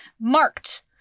marked